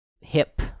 hip